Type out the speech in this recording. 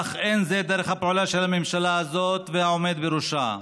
אך אין זו דרך הפעולה של הממשלה הזאת והעומד בראשה,